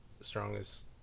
strongest